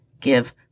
give